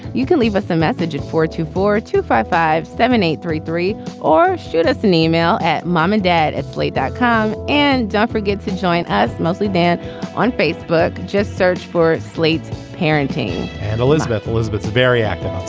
you can leave us a message at four two four two five five seven eight three three. or shoot us an email at mom and dad at slate dot com. and don't forget to join us mostly. dan on facebook. just search for slate's parenting and elizabeth, elizabeth's very active.